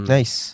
Nice